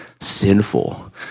sinful